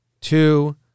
two